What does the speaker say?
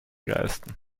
leisten